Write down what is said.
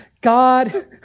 God